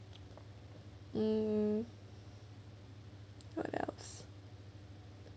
um what else